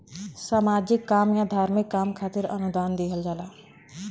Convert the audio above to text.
सामाजिक काम या धार्मिक काम खातिर अनुदान दिहल जाला